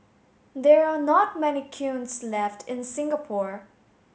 there are not many kilns left in Singapore